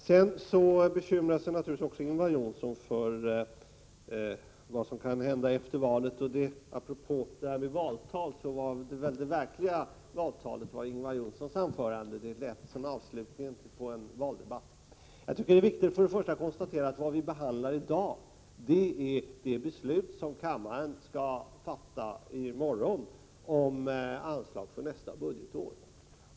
Sedan bekymrar sig naturligtvis också Ingvar Johnsson för vad som kan hända efter valet. Ja, apropå valtal: Ingvar Johnssons anförande var det verkliga valtalet. Vad han sade lät som avslutningen på en valdebatt. Jag tycker att det är viktigt att först och främst konstatera att vad vi i dåg behandlar är frågor där vi i morgon skall fatta beslut. Det gäller alltså anslagen för nästa budgetår.